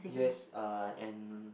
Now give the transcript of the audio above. yes uh and